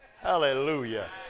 Hallelujah